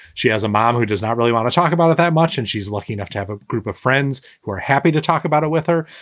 she has a mom who does not really want to talk about it that much, and she's lucky enough to have a group of friends who are happy to talk about it with her.